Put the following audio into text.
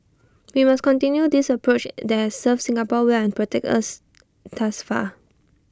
we must continue this approach that served Singapore well and protected us thus far